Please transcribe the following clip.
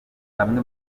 batuye